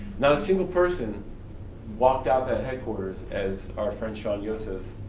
not a single person walked out that headquarters as our friend sean yoes says,